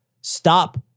stop